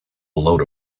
load